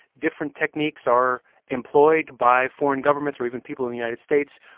different techniques are employed by foreign governments, or even people in the united states.